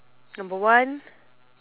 number one